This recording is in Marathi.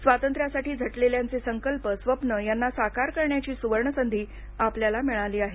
स्वातंत्र्यासाठी झटलेल्यांचे संकल्प स्वप्नं यांना साकार करण्याची सुवर्णसंधी आपल्याला मिळाली आहे